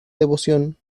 devoción